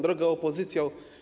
Droga Opozycjo!